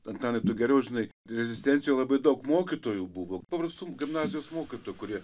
antanai tu geriau žinai rezistencijų labai daug mokytojų buvo paprastų gimnazijos mokytojų kurie